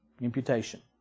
Imputation